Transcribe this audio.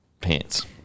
pants